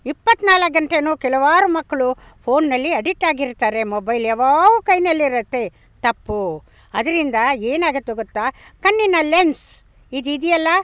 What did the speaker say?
ಇಪ್ಪತ್ತ್ನಾಲ್ಕು ಗಂಟೆಯೂ ಕೆಲವಾರು ಮಕ್ಳು ಫೋನ್ನಲ್ಲಿ ಅಡಿಟ್ಟಾಗಿರ್ತಾರೆ ಮೊಬೈಲ್ ಯಾವಾಗು ಕೈಯಲ್ಲಿರುತ್ತೆ ತಪ್ಪು ಅದರಿಂದ ಏನಾಗುತ್ತೆ ಗೊತ್ತಾ ಕಣ್ಣಿನ ಲೆನ್ಸ್ ಇದಿದೆಯಲ್ಲ